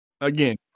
again